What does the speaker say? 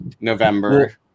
November